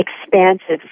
expansive